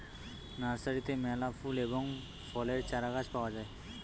নার্সারিতে মেলা ফুল এবং ফলের চারাগাছ পাওয়া যায়